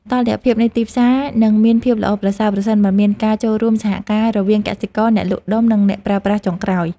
តុល្យភាពនៃទីផ្សារនឹងមានភាពល្អប្រសើរប្រសិនបើមានការចូលរួមសហការរវាងកសិករ អ្នកលក់ដុំ និងអ្នកប្រើប្រាស់ចុងក្រោយ។